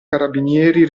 carabinieri